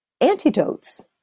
antidotes